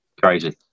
Crazy